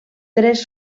tres